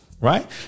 Right